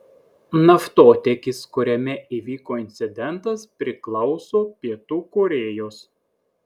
naftotiekis kuriame įvyko incidentas priklauso pietų korėjos